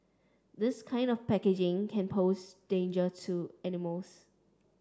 this kind of packaging can pose danger to animals